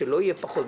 שלא יהיה פחות,